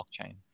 blockchain